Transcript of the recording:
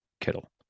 Kittle